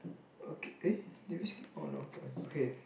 okay eh did we skip oh no never~ okay